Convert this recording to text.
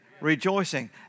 rejoicing